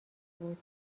بود